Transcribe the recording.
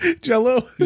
jello